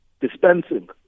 dispensing